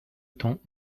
temps